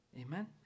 amen